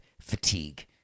fatigue